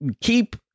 keep